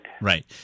Right